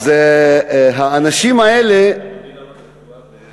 אדוני למד רפואה ברוסיה?